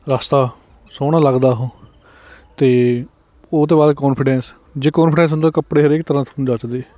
ਰਸਤਾ ਸੋਹਣਾ ਲੱਗਦਾ ਉਹ ਅਤੇ ਉਹ ਤੋਂ ਬਾਅਦ ਕੋਂਫੀਡੈਂਸ ਜੇ ਕੋਂਫੀਡੈਂਸ ਹੁੰਦਾ ਕੱਪੜੇ ਹਰੇਕ ਤਰ੍ਹਾਂ ਤੁਹਾਨੂੰ ਜੱਚਦੇ